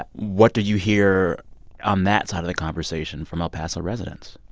what do you hear on that side of the conversation from el paso residents?